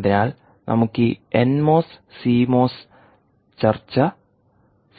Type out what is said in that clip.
അതിനാൽ നമുക്ക് ഈ എൻ മോസ് സി മോസ് ചർച്ച